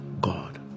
god